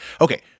okay